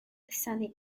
sunny